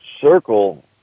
circle